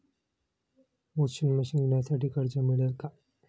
Washing machine घेण्यासाठी कर्ज मिळेल का?